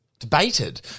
debated